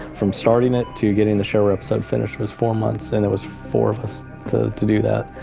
from starting it to getting the sure website finished was four months, and there was four of us to to do that.